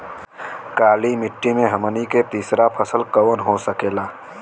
काली मिट्टी में हमनी के तीसरा फसल कवन हो सकेला?